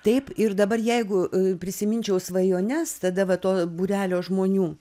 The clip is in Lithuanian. taip ir dabar jeigu prisiminčiau svajones tada va to būrelio žmonių